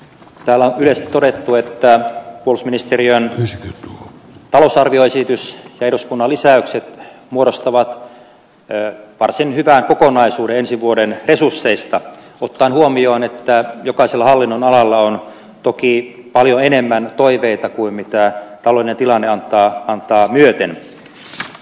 täällä on yleisesti todettu että puolustusministeriön talousarvioesitys ja eduskunnan lisäykset muodostavat varsin hyvän kokonaisuuden ensi vuoden resursseista ottaen huomioon että jokaisella hallinnonalalla on toki paljon enemmän toiveita kuin taloudellinen tilanne antaa myöten